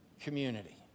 community